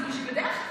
זה בשבילך,